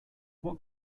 what